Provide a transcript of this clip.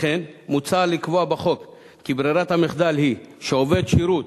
לכן מוצע לקבוע בחוק כי ברירת המחדל היא שעובד שירות